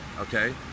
okay